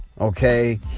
okay